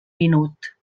minut